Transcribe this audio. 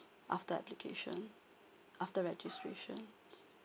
after applications after registration